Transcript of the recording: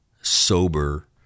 sober